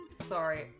Sorry